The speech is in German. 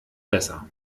besser